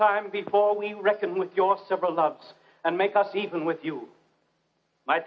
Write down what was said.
time before we reckon with your several of us and make us even with you my